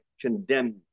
condemn